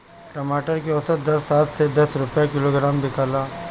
टमाटर के औसत दर सात से दस रुपया किलोग्राम बिकला?